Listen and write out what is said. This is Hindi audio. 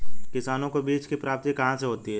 किसानों को बीज की प्राप्ति कहाँ से होती है?